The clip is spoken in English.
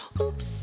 Oops